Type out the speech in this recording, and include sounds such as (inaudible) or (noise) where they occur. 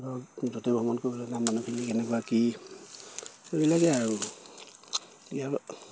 ধৰক যতে ভ্ৰমণ কৰিবলৈ যাম মানুহখিনি কেনেকুৱা কি সেইবিলাকে আৰু (unintelligible)